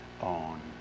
on